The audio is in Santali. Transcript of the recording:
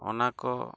ᱚᱱᱟ ᱠᱚ